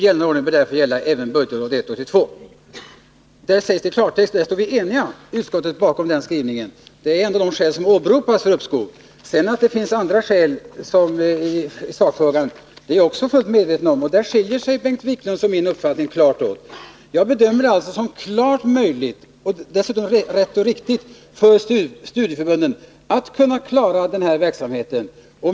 Nu gällande ordning bör därför gälla även budgetåret 1981/82.” Detta är klartext, och utskottet står enigt bakom skrivningen. Det är ändå dessa skäl som åberopas för uppskov. Att det sedan finns andra skäl i sakfrågan är jag fullt medveten om. Här skiljer sig Bengt Wiklunds och min uppfattning. Jag bedömer att det är helt möjligt för studieförbunden att klara den här verksamheten. Dessutom är det riktigt.